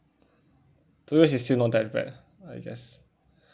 two years is still not that bad ah I guess